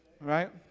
Right